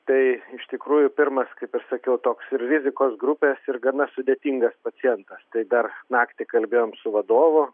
tai iš tikrųjų pirmas kaip ir sakiau toks ir rizikos grupės ir gana sudėtingas pacientas tai dar naktį kalbėjom su vadovu